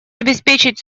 обеспечить